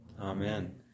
Amen